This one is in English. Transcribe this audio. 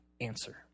answer